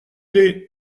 clef